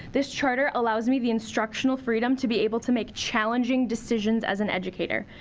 this charter allows me the instructional freedom to be able to make challenging decisions as an educator.